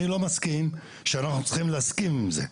לא מסכים שאנחנו צריכים להסכים עם זה.